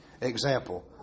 example